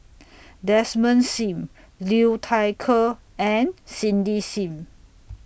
Desmond SIM Liu Thai Ker and Cindy SIM